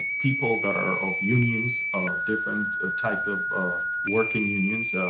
people that are of unions, of different type of of working unions,